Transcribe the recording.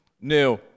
new